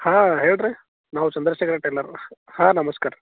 ಹಾಂ ಹೇಳಿರಿ ನಾವ್ ಚಂದ್ರಶೇಖರ ಟೈಲರ್ರು ಹಾಂ ನಮಸ್ಕಾರ ರೀ